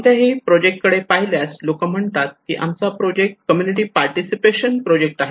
कोणत्याही प्रोजेक्ट कडे पाहिल्यास लोकं म्हणतात की आमचा प्रोजेक्ट कम्युनिटी पार्टिसिपेशन प्रोजेक्ट आहे